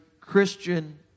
Christian